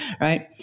right